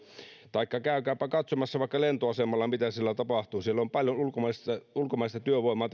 taikka käykääpä katsomassa vaikka lentoasemalla mitä siellä tapahtuu siellä on paljon ulkomaista työvoimaa